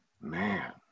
Man